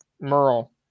Merle